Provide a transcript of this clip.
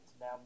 now